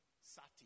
Sati